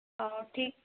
ହ ଠିକ୍